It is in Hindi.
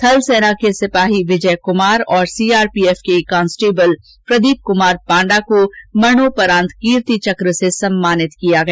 थल सेना के सिपाही विजय कुमार और सीआरपीएफ के कांस्टेबल प्रदीप कुमार पांडा को मरणोपरान्त कीर्ति चक्र से सम्मानित किया गया